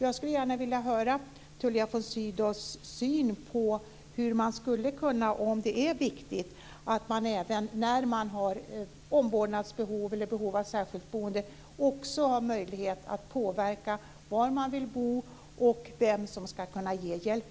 Jag skulle vilja höra vad Tullia von Sydow anser - om det är viktigt att den som har omvårdnadsbehov eller behov av särskilt boende också ska ha möjlighet att påverka när det gäller var man vill bo och vem som ska ge hjälp.